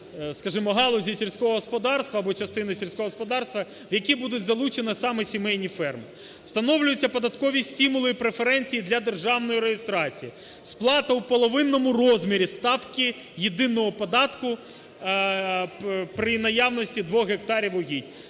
частини сільського господарства, в які будуть залучені саме сімейні ферми. Встановлюються податкові стимули і преференції для державної реєстрації, сплата у половинному розмірі ставки єдиного податку при наявності 2 гектарів угідь.